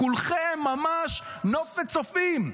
כולכם ממש נופת צופים.